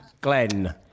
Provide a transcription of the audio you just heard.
Glenn